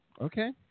Okay